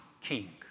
king